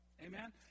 Amen